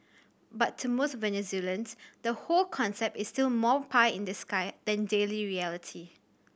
but to most Venezuelans the whole concept is still more pie in the sky than daily reality